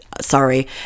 sorry